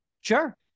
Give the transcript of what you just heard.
sure